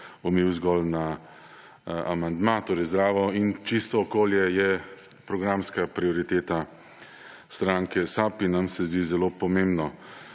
omejil zgolj na amandma. Zdravo in čisto okolje je programska prioriteta stranke SAB in nam se zdi zelo pomembno,